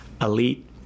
elite